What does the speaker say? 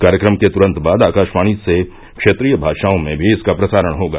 कार्यक्रम के तुरंत बाद आकाशवाणी से क्षेत्रीय भाषाओं में भी इसका प्रसारण होगा